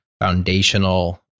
foundational